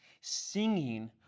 singing